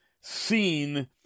seen